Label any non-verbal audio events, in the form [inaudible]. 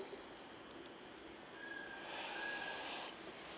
[breath]